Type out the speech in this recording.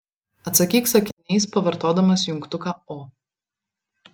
atsakyk sakiniais pavartodamas jungtuką o